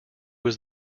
was